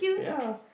ya